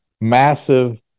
massive